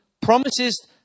promises